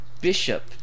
Bishop